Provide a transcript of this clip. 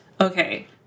Okay